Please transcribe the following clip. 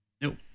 no